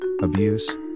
abuse